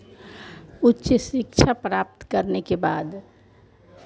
उच्च शिक्षा प्राप्त करने के बाद